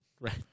Right